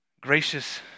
Gracious